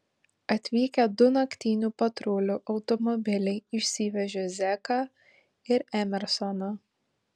atvykę du naktinių patrulių automobiliai išsivežė zeką ir emersoną